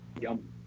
Yum